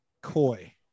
coy